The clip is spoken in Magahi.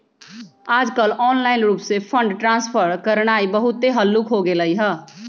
याजकाल ऑनलाइन रूप से फंड ट्रांसफर करनाइ बहुते हल्लुक् हो गेलइ ह